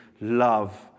love